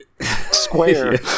square